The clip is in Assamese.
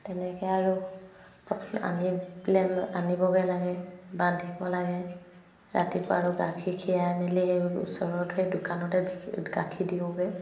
তেনেকৈ আৰু আনি পেলাই আনিবগৈ লাগে বান্ধিব লাগে ৰাতিপুৱা আৰু গাখীৰ খীৰাই মেলি সেই ওচৰত সেই দোকানতে বিকি গাখীৰ দিওঁগৈ